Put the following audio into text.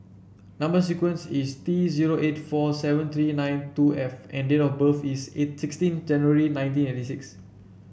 number sequence is T zero eight four seven three nine two F and date of birth is sixteen January nineteen eighty six